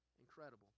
Incredible